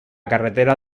carretera